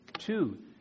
Two